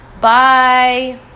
Bye